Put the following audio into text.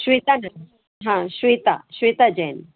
श्वेता जै हाँ श्वेता श्वेता जैन